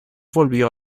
volvió